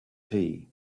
tea